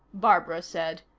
barbara said.